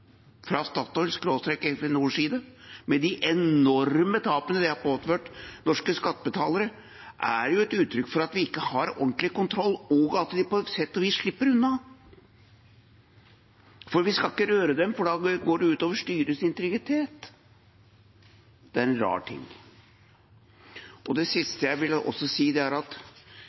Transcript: side, med de enorme tapene det har påført norske skattebetalere, er jo et uttrykk for at vi ikke har ordentlig kontroll, og at de på sett og vis slipper unna – for vi skal ikke røre dem, for da går det ut over styrets integritet. Det er en rar ting. Det siste jeg ville si, er at det